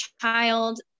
child